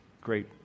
great